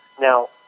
Now